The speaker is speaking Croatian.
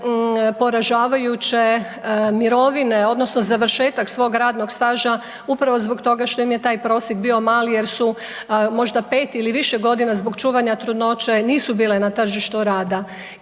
poražavajuće mirovine odnosno završetak svog radnog staža upravo zbog toga što im je taj prosjek bio mali jer su možda 5 ili više godina zbog čuvanja trudnoće nisu bile na tržištu rada.